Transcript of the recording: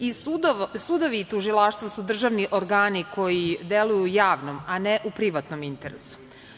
I sudovi i tužilaštva su državni organi koji deluju u javnom, a ne u privatnom interesu.